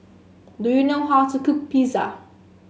do you know how to cook Pizza